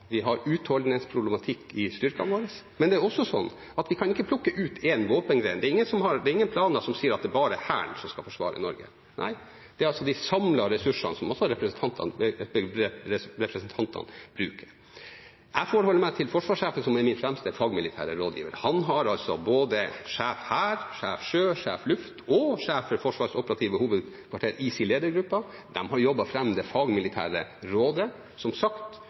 vi har utholdenhetsproblematikk i styrkene våre, men det er også sånn at vi kan ikke plukke ut én våpengren. Det er ingen planer som sier at det er bare Hæren som skal forsvare Norge. Det er altså de «samlede ressursene», som også er et begrep representantene bruker. Jeg forholder meg til forsvarssjefen, som er min fremste fagmilitære rådgiver. Han har både Sjef Hæren, Sjef Sjøforsvaret, Sjef Luftforsvaret og sjef for Forsvarets operative hovedkvarter i sin ledergruppe. De har jobbet fram det fagmilitære rådet. Som sagt: